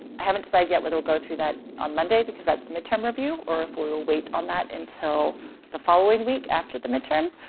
i haven't decided yet whether we'll go through that on monday because that's the midterm review or if we'll wait on that until the following week after the midterm.